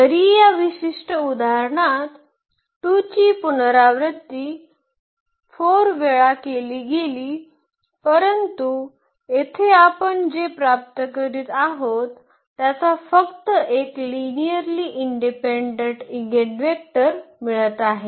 जरी या विशिष्ट उदाहरणात 2 ची पुनरावृत्ती 4 वेळा केली गेली परंतु येथे आपण जे प्राप्त करीत आहोत त्याचा फक्त एक लिनिअर्ली इंडिपेंडंट एगेनवेक्टर मिळत आहे